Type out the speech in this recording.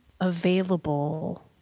available